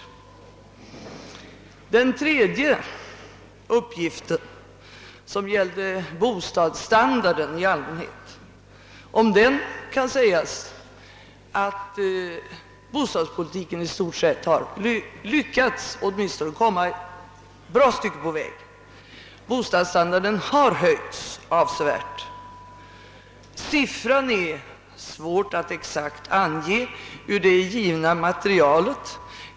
Om den tredje uppgiften, som gällde bostadsstandarden i allmänhet, kan sägas att bostadspolitiken i stort sett har lyckats att åtminstone komma ett bra stycke på väg. Bostadsstandarden har höjts avsevärt. Det är svårt att ur det givna materialet ange en exakt siffra.